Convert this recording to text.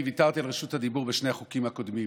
ויתרתי על רשות הדיבור בשני החוקים הקודמים,